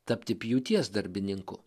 tapti pjūties darbininku